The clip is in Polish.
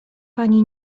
pani